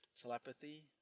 telepathy